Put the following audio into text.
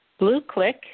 blueclick